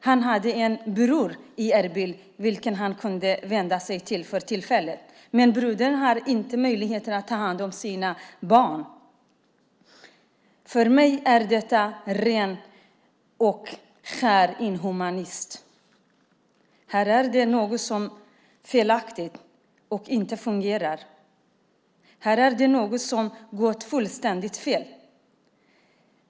Han har en bror i Erbil vilken han kunde vända sig till vid tillfället. Men brodern har inte möjligheter att ta hand om sina barn. För mig är detta ren och skär inhumanism. Här är det något som är felaktigt och inte fungerar. Här är det något som gått fullständigt fel.